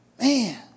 Man